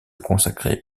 consacrer